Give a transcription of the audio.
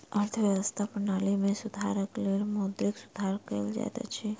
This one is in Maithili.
अर्थव्यवस्था प्रणाली में सुधारक लेल मौद्रिक सुधार कयल जाइत अछि